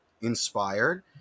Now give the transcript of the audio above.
inspired